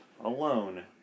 Alone